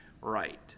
right